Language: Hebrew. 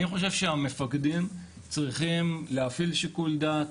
אני חושב שהמפקדים צריכים להפעיל שיקול דעת,